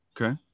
Okay